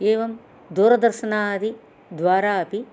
एवं दूरदर्शनादिद्वारा अपि